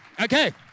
Okay